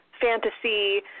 fantasy